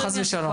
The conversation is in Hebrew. בבקשה.